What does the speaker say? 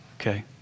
okay